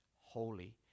holy